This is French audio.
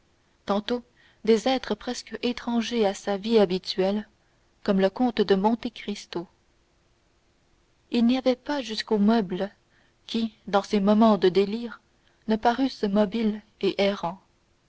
tantôt des êtres presque étrangers à sa vie habituelle comme le comte de monte cristo il n'y avait pas jusqu'aux meubles qui dans ces moments de délire ne parussent mobiles et errants